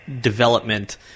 development